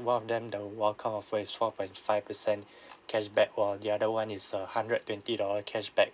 one of them the welcome offer is four point five percent cashback while the other [one] is a hundred twenty dollar cashback